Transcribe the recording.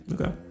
Okay